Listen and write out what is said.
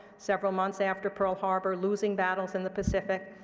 several months after pearl harbor, losing battles in the pacific.